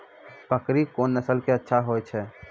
बकरी कोन नस्ल के अच्छा होय छै?